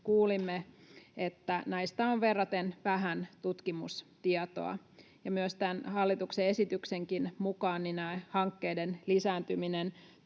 kuulimme, että näistä on verraten vähän tutkimustietoa. Tämän hallituksen esityksenkin mukaan näiden hankkeiden lisääntyminen